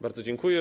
Bardzo dziękuję.